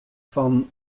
fan